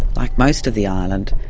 like most of the island,